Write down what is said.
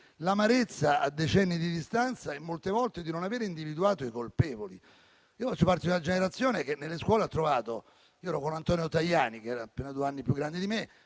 L'amarezza, a decenni di distanza, molte volte è di non aver individuato i colpevoli. Faccio parte di una generazione che nella stessa scuola - ero con Antonio Tajani, che era appena due anni più grande di me